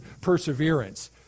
perseverance